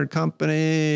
company